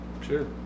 Sure